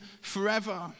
forever